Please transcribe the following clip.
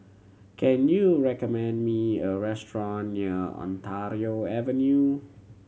can you recommend me a restaurant near Ontario Avenue